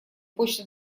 почта